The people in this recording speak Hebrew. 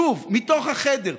שוב, מתוך החדר.